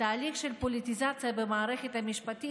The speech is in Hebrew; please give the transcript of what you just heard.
התהליך של פוליטיזציה במערכת המשפטית